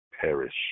perish